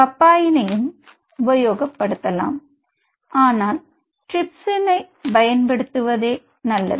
பப்பயினையும் உபயோகப்படுத்தலாம் ஆனால் ட்ரிப்சினை பயன்படுத்துவத்துவதே நல்லது